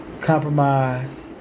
compromise